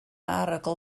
arogl